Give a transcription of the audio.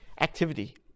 activity